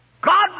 God